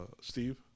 Steve